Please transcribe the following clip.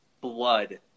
blood